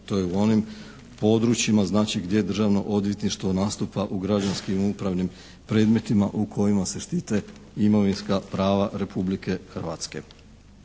to je u onim područjima znači gdje Državno odvjetništvo nastupa u građanskim i upravnim predmetima u kojima se štite imovinska prava Republike Hrvatske.